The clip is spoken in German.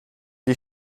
die